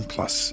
Plus